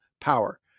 power